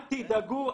אמרו לנו אל תדאגו,